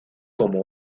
como